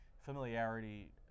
familiarity